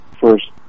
First